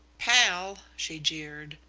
pal! she jeered.